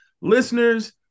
Listeners